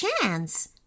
chance